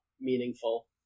meaningful